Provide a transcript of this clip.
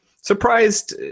surprised